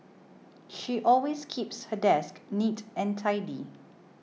she always keeps her desk neat and tidy